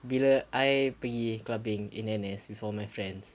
bila I pergi clubbing in N_S with all my friends